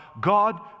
God